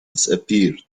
disappeared